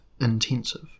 intensive